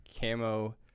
camo